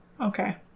okay